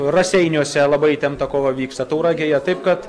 raseiniuose labai įtempta kova vyksta tauragėje taip kad